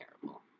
terrible